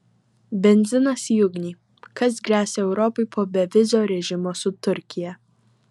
benzinas į ugnį kas gresia europai po bevizio režimo su turkija